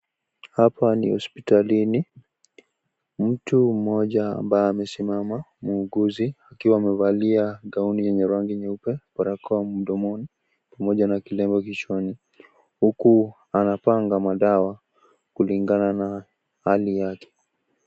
Hapa ni hospitalini, mtu mmoja ambaye amesimama muuguzi akiwa amevalia gaoni yenye rangi nyeupe, barakoa mdomoni pamoja na kilema kichwani huku anapanga madawa kulingana na hali yake.